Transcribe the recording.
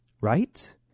right